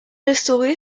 restauré